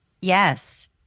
Yes